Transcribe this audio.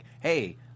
hey